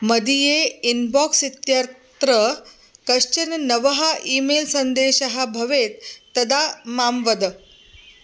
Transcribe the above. मदीये inbox इत्यत्र कश्चन नवः ई मेल् सन्देशः भवेत् तदा मां वद